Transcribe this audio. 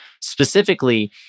specifically